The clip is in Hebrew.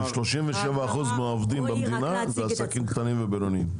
37% מהמדינה זה עסקים קטנים ובינוניים.